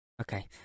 Okay